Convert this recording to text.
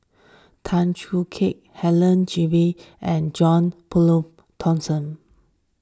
Tan Choo Kai Helen Gilbey and John Turnbull Thomson